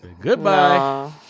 Goodbye